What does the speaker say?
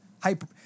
hyper